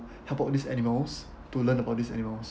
help out these animals to learn about these animals